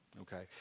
Okay